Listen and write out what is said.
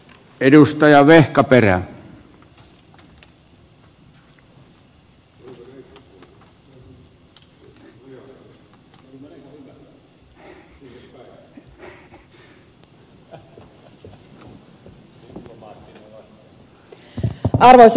arvoisa herra puhemies